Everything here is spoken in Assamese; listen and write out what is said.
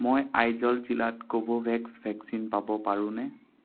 মই আইজল জিলাত কোভোভেক্স ভেকচিন নোমমগলাড় পাব পাৰোঁনে